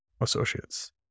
associates